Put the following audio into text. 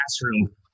classroom